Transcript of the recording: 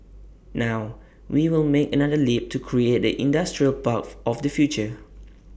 now we will make another leap to create the industrial path of the future